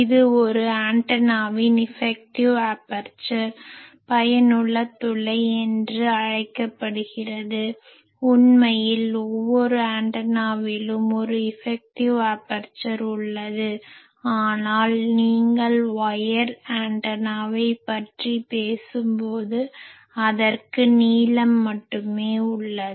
இது ஒரு ஆண்டனாவின் இஃபெக்டிவ் ஆபர்ச்சர் Effective Aperture பயனுள்ள துளை என்று அழைக்கப்படுகிறது உண்மையில் ஒவ்வொரு ஆண்டனாவிலும் ஒரு இஃபெக்டிவ் ஆபர்ச்சர் உள்ளது ஆனால் நீங்கள் ஒயர் கம்பி ஆண்டனாவைப் பற்றி பேசும்போது அதற்கு நீளம் மட்டுமே உள்ளது